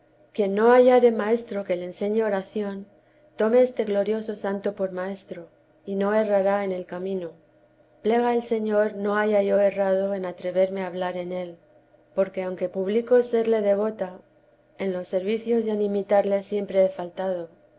quien no hallare maestro que le enseñe oración tome este glorioso santo por maestro y no errará en el camino plega al señor no haya yo errado en atreverme a hablar en él porque aunque publico serle devota en los servicios y en imitarle siempre he faltado